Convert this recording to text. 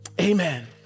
Amen